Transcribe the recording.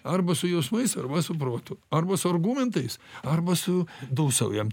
arba su jausmais arba su protu arba su argumentais arba su dūsaujam